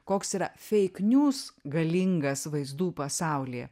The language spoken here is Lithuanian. koks yra feik niūs galingas vaizdų pasaulyje